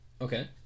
Okay